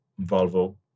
Volvo